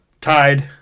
tied